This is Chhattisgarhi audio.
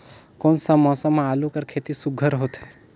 कोन सा मौसम म आलू कर खेती सुघ्घर होथे?